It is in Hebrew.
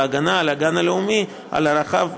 בהגנה על הגן הלאומי ועל ערכיו,